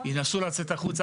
שיגובשו הפתרונות,